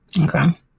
Okay